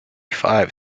five